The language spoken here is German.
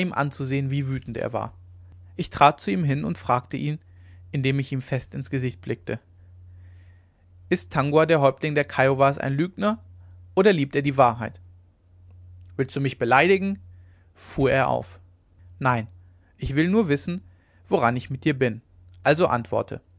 anzusehen wie wütend er war ich trat zu ihm hin und fragte indem ich ihm fest ins gesicht blickte ist tangua der häuptling der kiowas ein lügner oder liebt er die wahrheit willst du mich beleidigen fuhr er auf nein ich will nur wissen woran ich mit dir bin also antworte